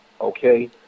okay